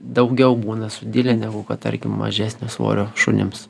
daugiau būna sudilę negu kad tarkim mažesnio svorio šunims